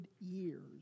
years